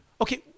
okay